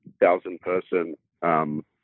thousand-person